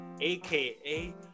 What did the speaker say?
aka